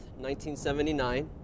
1979